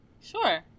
Sure